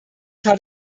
hat